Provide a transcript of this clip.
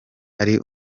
ari